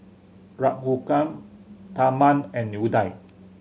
Raghuram Tharman and Udai